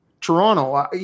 Toronto